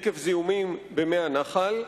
עקב זיהומים במי הנחל.